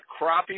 crappie